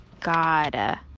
God